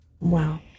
Wow